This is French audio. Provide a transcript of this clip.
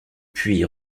puis